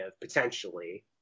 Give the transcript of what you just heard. potentially